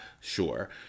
sure